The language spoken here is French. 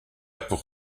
pour